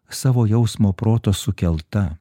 savo jausmo proto sukelta